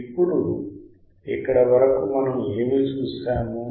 ఇప్పడు ఇక్కడ వరకు మనము ఏమి చూశాము